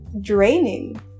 draining